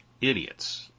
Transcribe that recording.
idiots